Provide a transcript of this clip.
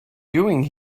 doing